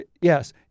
Yes